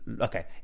okay